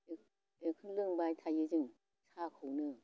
बेखौनो लोंबाय थायो जों साहाखौनो